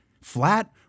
flat